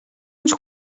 uns